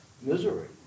misery